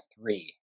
three